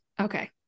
Okay